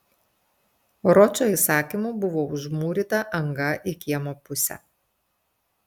ročo įsakymu buvo užmūryta anga į kiemo pusę